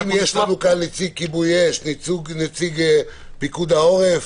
האם יש לנו כאן נציג כיבוי אש, נציג פיקוד העורף,